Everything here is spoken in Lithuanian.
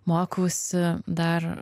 mokausi dar